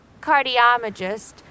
cardiologist